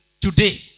today